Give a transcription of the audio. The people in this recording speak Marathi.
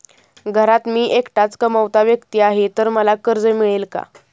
घरात मी एकटाच कमावता व्यक्ती आहे तर मला कर्ज मिळेल का?